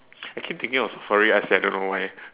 I keep thinking of sulfuric acid I don't know way